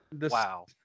wow